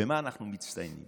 במה אנחנו מצטיינים?